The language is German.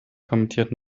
kommentiert